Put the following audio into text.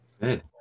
Good